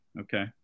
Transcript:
Okay